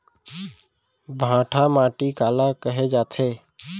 भांटा माटी काला कहे जाथे?